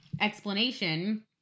explanation